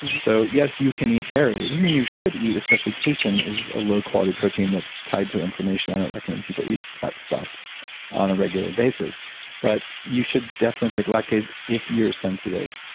so, yes you can eat dairy. it doesn't mean you should eat. especially casein is a low quality protein that's tied to inflammation, i don't recommend people eat that stuff on a regular basis but you should definitely take lactase if you're sensitive,